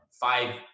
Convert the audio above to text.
five